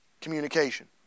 communication